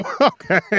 Okay